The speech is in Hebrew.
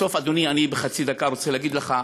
בסוף, אדוני, אני בחצי דקה רוצה להגיד לך: